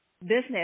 business